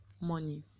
money